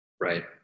Right